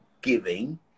giving